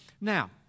Now